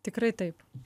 tikrai taip